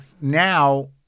now